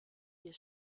ihr